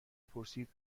پرسید